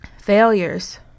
failures